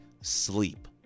sleep